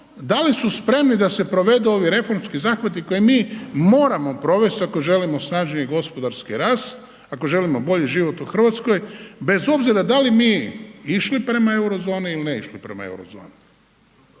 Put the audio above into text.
da li su spremni da se provedu ovi reformski zahvati koje mi moramo provesti ako želimo snažniji gospodarski rast, ako želimo bolji život u Hrvatskoj bez obzira da li mi išli prema euro zoni ili ne išli prema euro zoni.